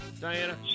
Diana